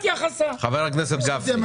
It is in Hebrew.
את הדיון